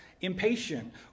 impatient